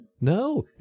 No